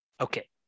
Okay